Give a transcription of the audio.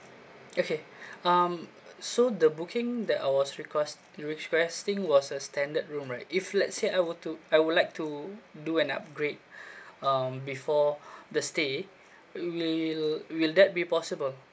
okay um so the booking that I was request requesting was a standard room right if let's say I were to I would like to do an upgrade um before the stay will will that be possible